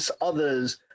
others